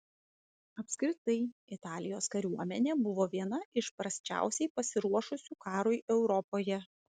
apskritai italijos kariuomenė buvo viena iš prasčiausiai pasiruošusių karui europoje